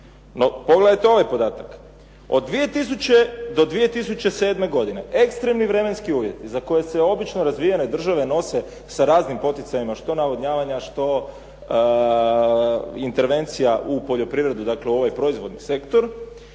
pogledajte ovaj podatak. Od 2000. do 2007. godine ekstremni vremenski uvjeti za koje se obično razvijene države nose sa raznim poticajima što navodnjavanja, što intervencija u poljoprivredi, dakle ovaj proizvodni sektor